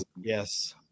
yes